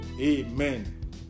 Amen